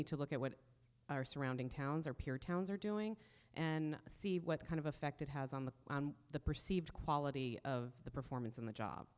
need to look at what our surrounding towns are peer towns are doing and see what kind of effect it has on the perceived quality of the performance on the job